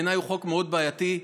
הוא בעיניי חוק מאוד בעייתי.